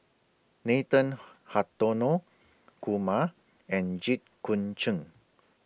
Nathan Hartono Kumar and Jit Koon Ch'ng